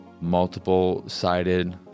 multiple-sided